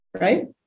right